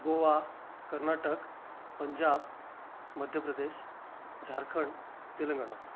Goa Karnataka Punjab Madhya Pradesh Jharkhand Telangana